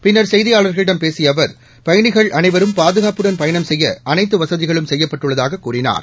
பின்னர் செய்தியாளர்களிடம் பேசிய அவர் பயணிகள் அனைவரும் பாதுகாப்புடன் பயணம் செய்ய அனைத்து வசதிகளும் செய்யப்பட்டுள்ளதாக கூறினார்